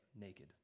naked